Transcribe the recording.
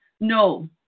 no